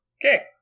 Okay